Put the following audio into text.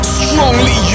strongly